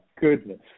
goodness